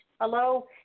Hello